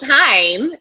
time